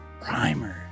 Primer